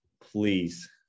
please